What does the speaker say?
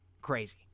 crazy